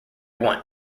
want